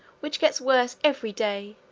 which gets worse every day,